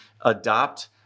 adopt